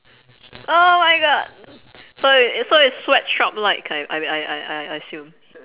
oh my god so it so it's sweat shop like I b~ I I I I assume